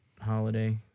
holiday